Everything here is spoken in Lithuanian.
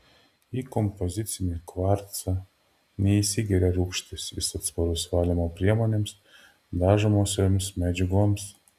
į kompozicinį kvarcą neįsigeria rūgštys jis atsparus valymo priemonėms dažomosioms medžiagoms